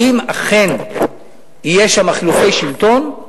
האם אכן יהיו שם חילופי שלטון,